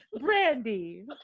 Brandy